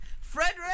Frederick